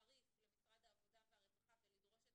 חריף למשרד העבודה והרווחה ולדרוש את